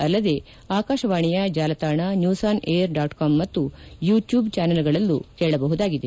ಅಲ್ಲದೇ ಆಕಾಶವಾಣಿಯ ಜಾಲತಾಣ news on air dot com ಮತ್ತು ಯುಟ್ಯೂಬ್ ಚಾನಲ್ಗಳಲ್ಲೂ ಕೇಳಬಹುದಾಗಿದೆ